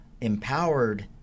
empowered